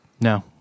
no